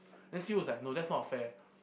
Nancy was like no that's not fair